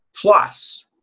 plus